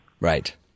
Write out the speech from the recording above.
right